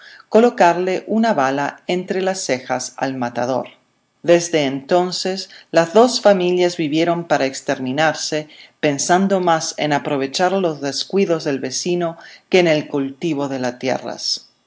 colocarle una bala entre las cejas al matador desde entonces las dos familias vivieron para exterminarse pensando más en aprovechar los descuidos del vecino que en el cultivo de las tierras